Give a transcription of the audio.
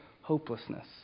hopelessness